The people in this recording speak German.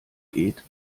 geht